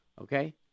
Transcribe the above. okay